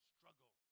Struggle